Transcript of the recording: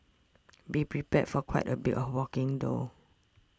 be prepared for quite a bit of walking though